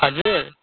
हजुर